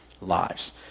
lives